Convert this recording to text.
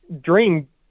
dream